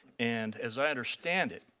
and as i understand it,